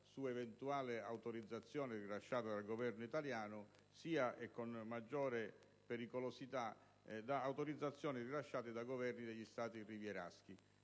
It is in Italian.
su eventuale autorizzazione rilasciata dal Governo italiano, sia, con maggiore pericolosità, su autorizzazioni rilasciate da Governi degli Stati rivieraschi.